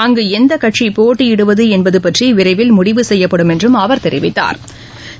அங்கு எந்த கட்சி போட்டியிடுவது என்பது பற்றி விரைவில் முடிவு செய்யப்படும் என்றும் அவர் தெரிவித்தாா்